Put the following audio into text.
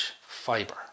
fiber